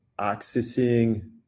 accessing